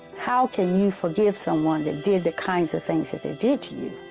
how can you forgive someone that did the kinds of things that they did to you?